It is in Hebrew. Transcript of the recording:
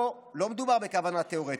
פה לא מדובר בכוונה תיאורטית,